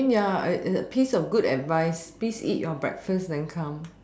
I mean ya a piece of good advice please eat your breakfast then come